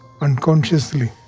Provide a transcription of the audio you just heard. unconsciously